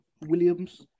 Williams